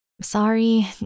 Sorry